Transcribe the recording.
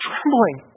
Trembling